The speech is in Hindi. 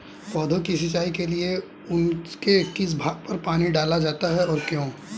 पौधों की सिंचाई के लिए उनके किस भाग पर पानी डाला जाता है और क्यों?